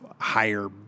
higher